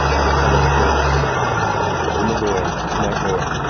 you go telling folks umagorn smeltborne